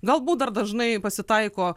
galbūt dar dažnai pasitaiko